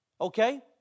okay